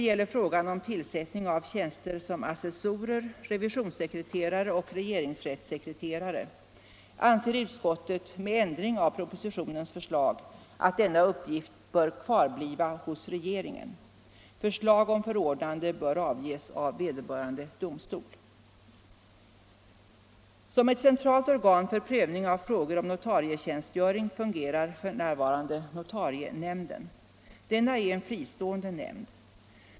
I fråga om tillsättning av tjänster som assessorer, revisionssekreterare och regeringsrättssekreterare anser utskottet, med ändring av propositionens förslag, att denna uppgift bör kvarbli hos regeringen. Förslag om förordnande bör avges av vederbörande domstol. Som ett centralt organ för prövning av frågor om notarietjänstgöring fungerar notarienämnden - NON. Denna är en fristående nämnd.